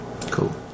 Cool